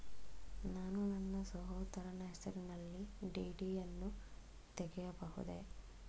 ನಾನು ನನ್ನ ಸಹೋದರನ ಹೆಸರಿನಲ್ಲಿ ಡಿ.ಡಿ ಯನ್ನು ತೆಗೆಯಬಹುದೇ?